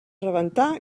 rebentar